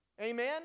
Amen